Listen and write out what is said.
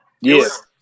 Yes